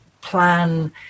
plan